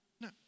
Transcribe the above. No